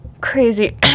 crazy